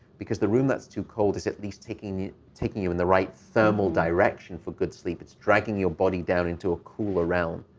because the room that's too cold is at least taking you taking you in the right thermal direction for good sleep. it's dragging your body down into a cooler realm.